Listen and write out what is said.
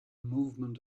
movement